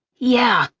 yeah.